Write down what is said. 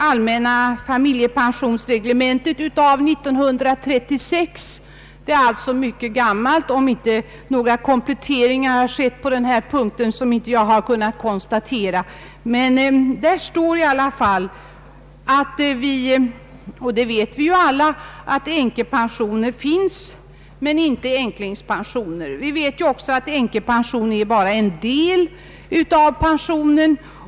Allmänna «=: familjepensionsreglementet är från 1936 och alltså ganska gammalt. Om några kompletteringar skett på den här punkten har jag inte kunnat utröna. Där står i alla fall att änkepensioner finns men inte änklingspensioner, och det vet vi ju alla. Vi vet också att änkepension är bara en del av pensionen.